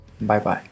Bye-bye